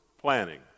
planning